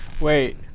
Wait